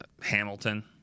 Hamilton